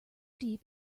deep